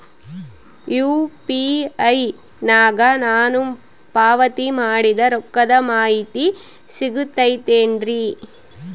UPI ನಾಗ ನಾನು ಪಾವತಿ ಮಾಡಿದ ರೊಕ್ಕದ ಮಾಹಿತಿ ಸಿಗುತೈತೇನ್ರಿ?